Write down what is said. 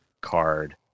card